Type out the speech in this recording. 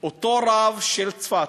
אותו רב של צפת,